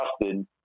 trusted